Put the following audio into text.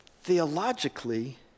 theologically